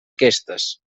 aquestes